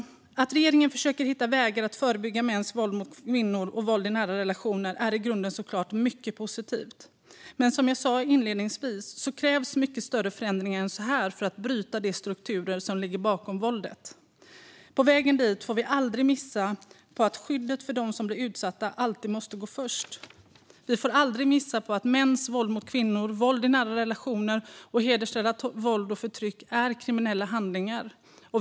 Att regeringen försöker hitta vägar för att förebygga mäns våld mot kvinnor och våld i nära relationer är i grunden såklart mycket positivt. Men som jag sa inledningsvis krävs mycket större förändringar än så här för att bryta de strukturer som ligger bakom våldet. På vägen dit får vi aldrig missa att skyddet för dem som blir utsatta alltid måste gå först. Vi får aldrig missa att mäns våld mot kvinnor, våld i nära relationer och hedersrelaterat våld och förtryck är kriminella handlingar.